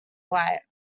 white